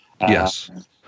Yes